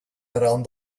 around